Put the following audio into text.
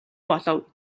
болов